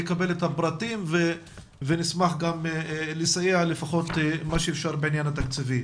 לקבל את הפרטים ונשמח גם לסייע לפחות מה שאפשר בעניין התקציבי.